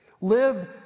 Live